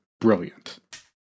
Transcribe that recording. brilliant